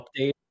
update